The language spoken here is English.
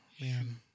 Man